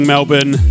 Melbourne